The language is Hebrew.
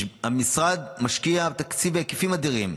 המשרד משקיע תקציב בהיקפים אדירים,